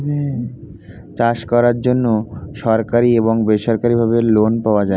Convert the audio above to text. চাষ করার জন্য সরকারি এবং বেসরকারিভাবে লোন পাওয়া যায়